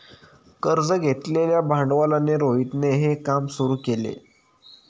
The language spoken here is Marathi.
कर्ज घेतलेल्या भांडवलाने रोहितने हे काम सुरू केल